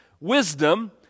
Wisdom